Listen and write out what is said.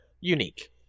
unique